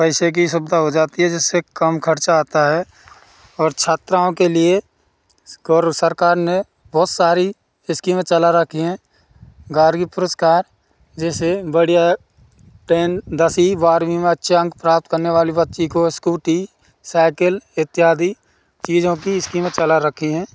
पैसे कि सुविधा हो जाती है जिससे कम खर्चा आता है और छात्राओं के लिए सरकार ने बहुत सारी स्कीमें चला रखी हैं गार्गी पुरस्कार जैसे बढ़िया टेन दसवीं बारहवीं में अच्छे अंक प्राप्त करने वाले बच्ची को इस्कूटी साइकिल इत्यादि चीज़ों कि स्कीमें चला रखी हैं